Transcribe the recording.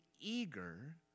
eager